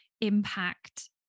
impact